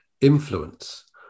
influence